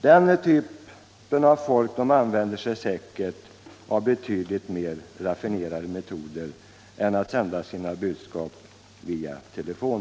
Den typen av människor använder sig säkert av betydligt mer raffinerade metoder än att sända sina budskap per telefon.